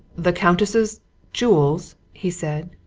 the countess's jewels! he said.